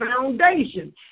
foundation